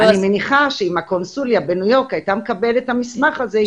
אני מניחה שאם הקונסוליה בניו יורק הייתה מקבלת את המסמך הזה,